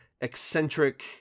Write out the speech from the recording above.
eccentric